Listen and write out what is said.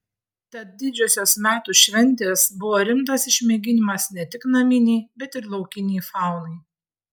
tad didžiosios metų šventės buvo rimtas išmėginimas ne tik naminei bet ir laukinei faunai